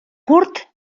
curt